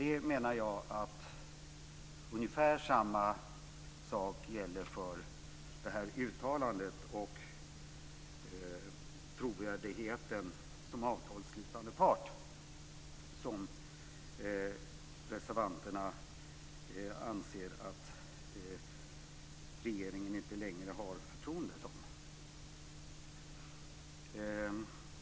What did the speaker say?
Jag menar att ungefär samma sak gäller för det här uttalandet och trovärdigheten som avtalsslutande part. Reservanterna anser ju att regeringen inte längre har förtroende som avtalsslutande part.